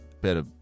better